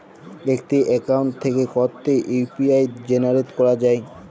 একটি অ্যাকাউন্ট থেকে কটি ইউ.পি.আই জেনারেট করা যায়?